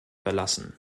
verlassen